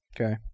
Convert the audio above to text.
okay